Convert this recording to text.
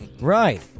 Right